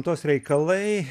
tos reikalai